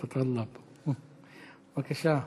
בבקשה.